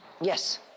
Yes